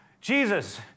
Jesus